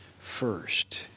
first